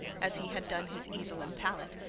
as he had done his easel and palette,